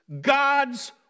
God's